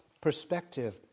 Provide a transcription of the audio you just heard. perspective